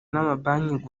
n’amabanki